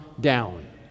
down